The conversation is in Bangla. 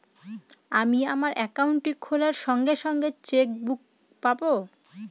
আমি আমার একাউন্টটি খোলার সঙ্গে সঙ্গে চেক বুক পাবো?